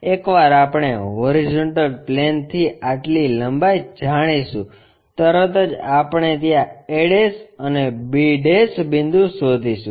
એકવાર આપણે હોરીઝોન્ટલ પ્લેનથી આટલી લંબાઈ જાણીશું તરત જ આપણે ત્યાં a અને b બિંદુ શોધીશું